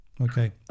Okay